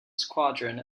squadron